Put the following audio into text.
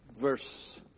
Verse